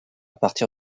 partir